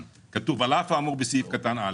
כתוב "על אף האמור בסעיף קטן (א)